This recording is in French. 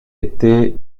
été